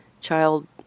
child